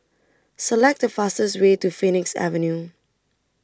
Select The fastest Way to Phoenix Avenue